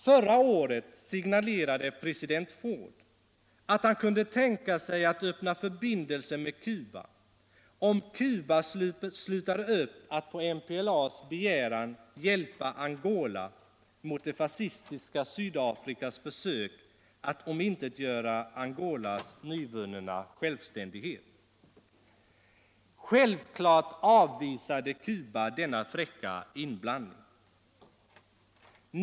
Förra året signalerade president Ford att han kunde tänka sig att öppna förbindelser med Cuba om Cuba slutade upp att på MPLA:s begäran hjälpa Angola mot det fascistiska Sydafrikas försök att omintetgöra Angolas nyvunna självständighet. Självfallet avvisade Cuba denna fräcka inblandning.